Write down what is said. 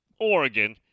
Oregon